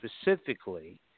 Specifically